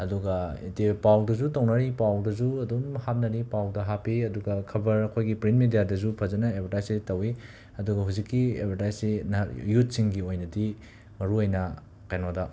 ꯑꯗꯨꯒ ꯗꯦ ꯄꯥꯎꯗꯁꯨ ꯇꯧꯅꯔꯤ ꯄꯥꯨꯎꯗꯁꯨ ꯑꯗꯨꯝ ꯍꯥꯞꯅꯔꯤ ꯄꯥꯎꯗ ꯍꯥꯞꯄꯤ ꯑꯗꯨꯒ ꯈꯕꯔ ꯑꯩꯈꯣꯏꯒꯤ ꯄ꯭ꯔꯤꯟ ꯃꯦꯗꯤꯌꯥꯗꯁꯨꯐꯖꯅ ꯑꯦꯕꯔꯗꯥꯏꯁꯁꯦ ꯇꯧꯏ ꯑꯗꯨꯒ ꯍꯧꯖꯤꯛꯀꯤ ꯑꯦꯕꯔꯗꯥꯏꯁꯁꯦ ꯌꯨꯠꯁꯤꯡꯒꯤ ꯑꯣꯏꯅꯗꯤ ꯃꯔꯨ ꯑꯣꯏꯅ ꯀꯩꯅꯣꯗ